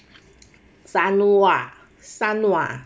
samoa sanmuwa